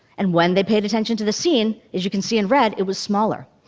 and when they paid attention to the scene, as you can see in red, it was smaller.